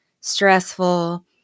stressful